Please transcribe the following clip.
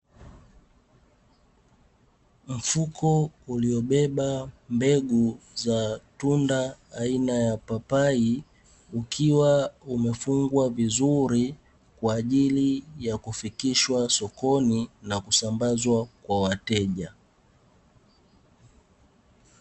mwanamume ambaye anafanya kazi ya kulima mashamba kwa kutumia moja ya mashine za kilimo aina ya trekta shughuli mfuko uliobeba mbegu za tunda aina ya papai ukiwa umefungwa vizuri kwa ajili ya kufikishwa sokoni na kusambazwa kwa wateja.